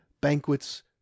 banquets